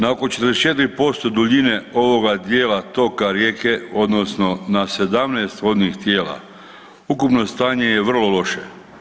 Nakon 44% duljine ovoga djela toka rijeke odnosno na 17 vodnih tijela, ukupno stanje je vrlo loše.